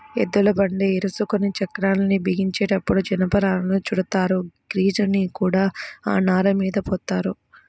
ఎద్దుల బండి ఇరుసుకి చక్రాల్ని బిగించేటప్పుడు జనపనారను చుడతారు, గ్రీజుని కూడా ఆ నారమీద పోత్తారు